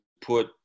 put